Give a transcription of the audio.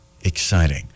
Exciting